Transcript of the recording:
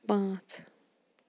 پانٛژھ